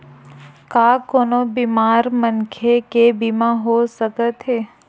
का कोनो बीमार मनखे के बीमा हो सकत हे?